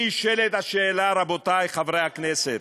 מוזס,